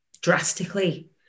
drastically